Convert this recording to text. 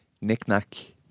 Knick-knack